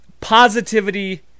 positivity